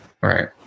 Right